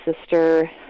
sister